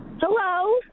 Hello